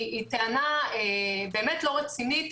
היא טענה באמת לא רצינית.